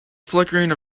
flickering